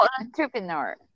entrepreneur